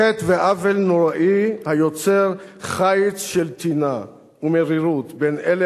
חטא ועוול נורא היוצר חיץ של טינה ומרירות בין אלה